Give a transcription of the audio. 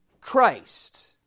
Christ